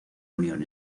unión